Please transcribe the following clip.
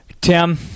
Tim